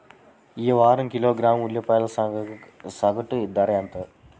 ఈ వారం కిలోగ్రాము ఉల్లిపాయల సగటు ధర ఎంత?